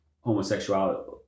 homosexuality